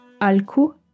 alku